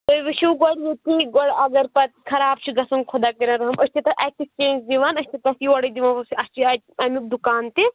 تُہۍ وُچھو گۄڈٕ وۅنۍ کِہیٖنٛۍ اگر پَتہٕ خراب چھُ گَژھان خۄدا کٔرِنۍ رٔحم أسۍ چھِ تتھ ایٚکسچینٛج دِوان اَسہِ چھُ تتھ یورے دِوان اَسہِ چھِ امیُک دُکان تہِ